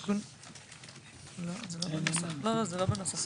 את הדעת זה הנושא של מנגנוני אכיפה.